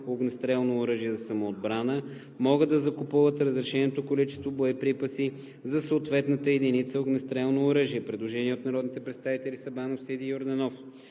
огнестрелно оръжие за самоотбрана, могат да закупуват разрешеното количество боеприпаси за съответната единица огнестрелно оръжие.“ Предложение на народните представители Александър Сабанов,